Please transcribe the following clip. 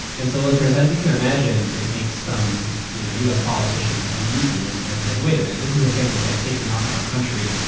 and so listeners, as you can imagine, it makes some you know us politicians uneasy and and saying, wait a minute, this is a thing that's like taking off and our country.